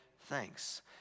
thanks